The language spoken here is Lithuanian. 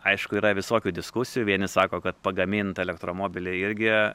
aišku yra visokių diskusijų vieni sako kad pagamint elektromobilį irgi